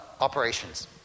operations